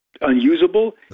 unusable